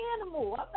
animal